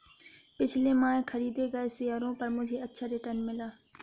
पिछले माह खरीदे गए शेयरों पर मुझे अच्छा रिटर्न मिला